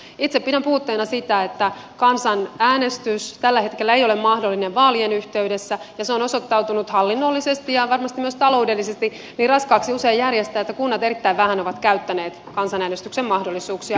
itse pidän puutteena sitä että kansanäänestys tällä hetkellä ei ole mahdollinen vaalien yhteydessä ja se on osoittautunut hallinnollisesti ja varmasti myös taloudellisesti usein niin raskaaksi järjestää että kunnat ovat käyttäneet erittäin vähän kansanäänestyksen mahdollisuuksia